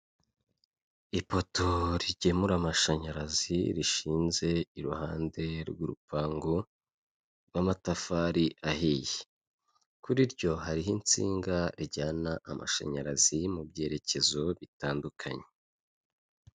Ipoto rigemura amashanyarazi rishinze iruhande rw'urupangu, rw'amatafari ahiye. Kuri ryo hariho insinga zijyana amashanyarazi mu byerekezo bitandukanye.